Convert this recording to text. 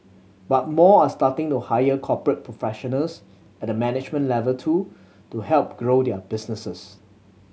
but more are starting to hire corporate professionals at the management level too to help grow their businesses